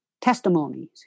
testimonies